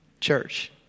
church